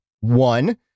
One